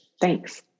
Thanks